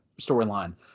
storyline